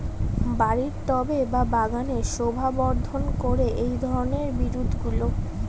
বাড়ির টবে বা বাগানের শোভাবর্ধন করে এই ধরণের বিরুৎগুলো